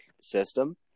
system